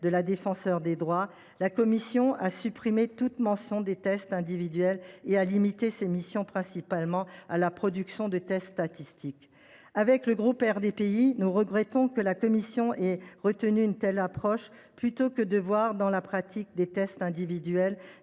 de la Défenseure des droits, la commission a supprimé toute mention des tests individuels et limité ses missions principalement à la production de tests statistiques. Le groupe RDPI regrette que la commission ait retenu une telle approche, plutôt que de voir dans la pratique des tests individuels